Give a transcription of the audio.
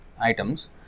items